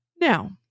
Now